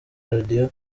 radio